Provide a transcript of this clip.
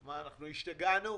אנחנו השתגענו?